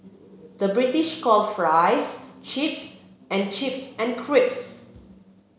the British calls fries chips and chips and crips